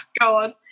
god